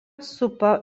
supa